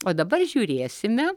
o dabar žiūrėsime